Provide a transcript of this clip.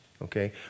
okay